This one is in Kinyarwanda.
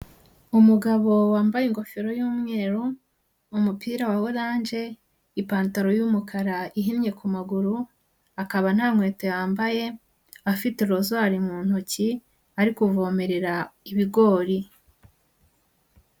Umugabo wambaye ingofero y'umweru, umupira wa oranje, ipantaro y'umukara ihinnye ku maguru, akaba nta nkweto yambaye, afite rozwari mu intoki, ari kuvomerera ibigori.